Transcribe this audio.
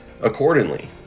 accordingly